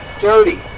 dirty